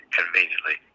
conveniently